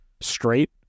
straight